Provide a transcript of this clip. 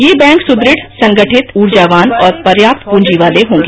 ये बैंक सुदृढ़ संगठित ऊर्जावान और पर्याप्त प्रंजी वाले होंगा